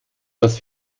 das